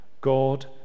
God